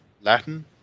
Latin